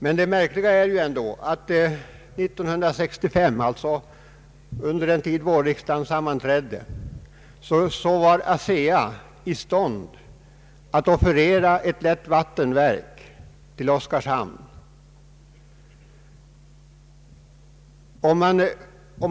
Men det märkliga är ändå att år 1965, medan riksdagens vårsession pågick, var ASEA i stånd att offerera ett lättvattenverk till Oskarshamn.